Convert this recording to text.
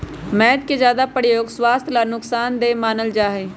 मैद के ज्यादा प्रयोग स्वास्थ्य ला नुकसान देय मानल जाहई